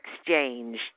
Exchange